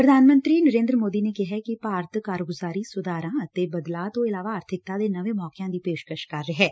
ਪੁਧਾਨ ਮੰਤਰੀ ਨਰੇਂਦਰ ਮੋਦੀ ਨੇ ਕਿਹਾ ਕਿ ਭਾਰਤ ਕਾਰਗੁਜ਼ਾਰੀ ਸੁਧਾਰਾਂ ਅਤੇ ਬਦਲਾਅ ਤੋਂ ਇਲਾਵਾ ਆਰਬਿਕਤਾ ਦੇ ਨਵੇਂ ਮੌਕਿਆਂ ਦੀ ਪੇਸ਼ਕਸ਼ ਕਰ ਰਿਹੈ